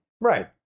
Right